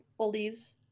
oldies